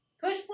Push